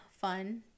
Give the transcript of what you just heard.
fun